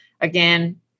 Again